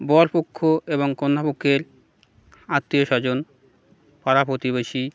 বরপক্ষ এবং কন্যাপক্ষের আত্মীয়স্বজন পাড়া প্রতিবেশী